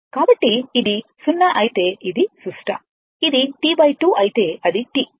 కాబట్టి ఇది 0 అయితే ఇది సుష్ట ఇది T 2 అయితే అది T